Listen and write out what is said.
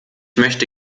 möchte